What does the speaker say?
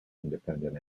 independent